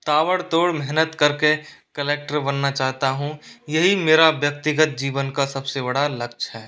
ताबड़तोड़ मेहनत करके कलेक्टर बनना चाहता हूँ यही मेरा व्यक्तिगत जीवन का सबसे बड़ा लक्ष्य है